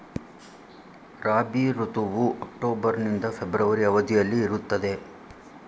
ರಾಬಿ ಋತುವು ಅಕ್ಟೋಬರ್ ನಿಂದ ಫೆಬ್ರವರಿ ಅವಧಿಯಲ್ಲಿ ಇರುತ್ತದೆ